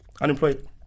Unemployed